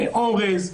אורז,